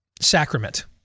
Sacrament